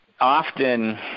often